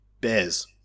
bears